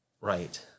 right